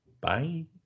Bye